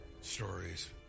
stories